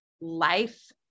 life